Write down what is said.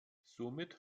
somit